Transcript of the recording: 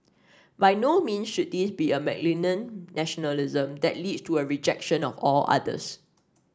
by no mean should this be a malignant nationalism that leads to a rejection of all others